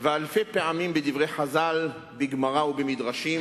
ואלפי פעמים בדברי חז"ל, בגמרא ובמדרשים,